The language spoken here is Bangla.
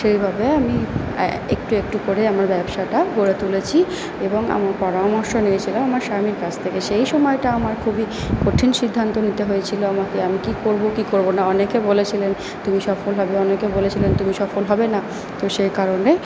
সেইভাবে আমি একটু একটু করে আমার ব্যবসাটা গড়ে তুলেছি এবং আমি পরামর্শ নিয়েছিলাম আমার স্বামীর কাছ থেকে সেই সময়টা আমার খুবই কঠিন সিদ্ধান্ত নিতে হয়েছিল আমাকে আমি কী করব কী করব না অনেকে বলেছিলেন তুমি সফল হবে অনেকে বলেছিলেন তুমি সফল হবে না তো সেই কারণে